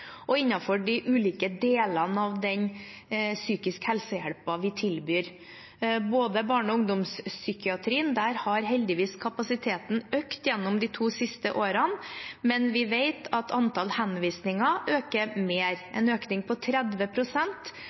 og innenfor de ulike delene av den psykiske helsehjelpen vi tilbyr, både i barne- og ungdomspsykiatrien. Der har heldigvis kapasiteten økt gjennom de to siste årene, men vi vet at antall henvisninger øker mer – en økning på